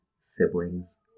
siblings